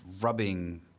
rubbing